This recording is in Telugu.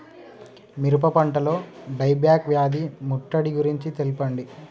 మిరప పంటలో డై బ్యాక్ వ్యాధి ముట్టడి గురించి తెల్పండి?